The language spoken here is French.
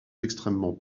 extrêmement